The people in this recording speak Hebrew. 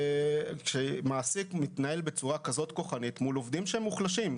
כאשר מעסיק מתנהל בצורה כזאת כוחנית מול עובדים שהם מוחלשים,